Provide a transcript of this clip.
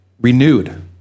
renewed